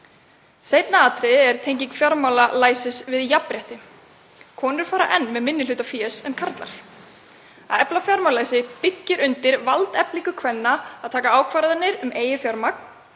Seinna atriðið er tenging fjármálalæsis við jafnrétti. Konur fara enn með minni hluta fjár en karlar. Að efla fjármálalæsi byggir undir valdeflingu kvenna til að taka ákvarðanir um eigið fjármagn.